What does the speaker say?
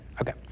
okay